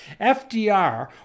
FDR